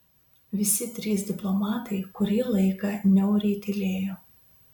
visi trys diplomatai kurį laiką niauriai tylėjo